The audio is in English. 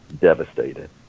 devastated